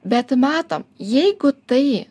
bet matom jeigu tai